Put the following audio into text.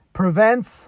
prevents